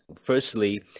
firstly